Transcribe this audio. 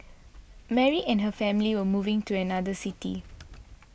Mary and her family were moving to another city